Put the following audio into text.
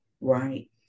right